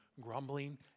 grumbling